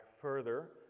further